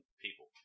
people